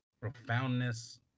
profoundness